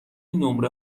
نمره